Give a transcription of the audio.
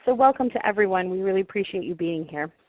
ah welcome to everyone. we really appreciate you being here.